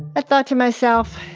but thought to myself,